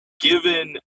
given